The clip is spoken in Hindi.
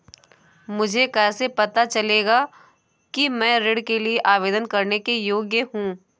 मुझे कैसे पता चलेगा कि मैं ऋण के लिए आवेदन करने के योग्य हूँ?